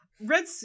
red